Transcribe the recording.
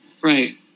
Right